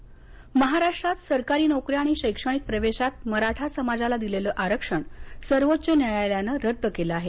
मराठा आरक्षण महाराष्ट्रात सरकारी नोकऱ्या आणि शैक्षणिक प्रवेशात मराठा समाजाला दिलेलं आरक्षण सर्वोच्च न्यायालयानं रद्द केलं आहे